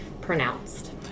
pronounced